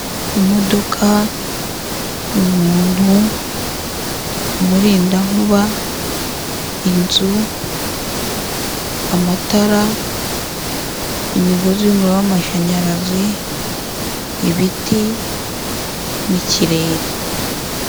Imodoka, umuntu, umurindankuba, inzu, amatara, imigozi y'umuriro w'amashanyarazi, ibiti n'ikirere.